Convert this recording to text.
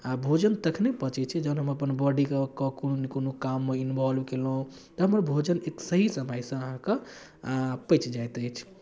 आ भोजन तखनहि पचै छै जहन हम अपन बॉडीकेँ कोनो ने कोनो काममे इन्वॉल्व कयलहुँ तहन हमर भोजन एक सही समयसँ अहाँकेँ पचि जाइत अछि